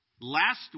last